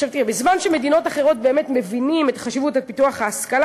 בזמן שבמדינות אחרות באמת מבינים את חשיבות פיתוח ההשכלה,